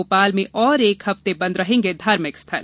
भोपाल में और एक हफ्ते बंद रहेंगे धार्मिक स्थल